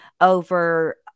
over